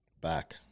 Back